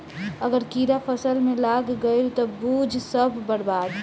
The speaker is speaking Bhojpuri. अगर कीड़ा फसल में लाग गईल त बुझ सब बर्बाद